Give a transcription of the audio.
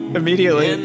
immediately